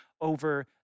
over